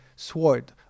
sword